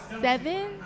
seven